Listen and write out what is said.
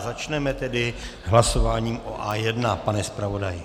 Začneme hlasováním o A1, pane zpravodaji.